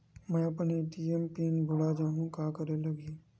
मैं अपन ATM pin भुला जहु का करे ला लगही?